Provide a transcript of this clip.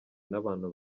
n’abantu